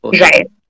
Right